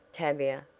tavia,